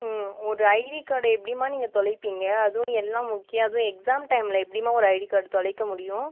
ம் ஒரு ஐடி கார்ட்டை எப்படிம்மா நீங்கள் தொலைப்பிங்க அதுவும் எல்லாம் முக்கியம் அதுவும் எக்ஸாம் டைமில் எப்படிம்மா ஒரு ஐடி கார்ட்டை தொலைக்க முடியும்